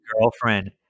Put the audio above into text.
girlfriend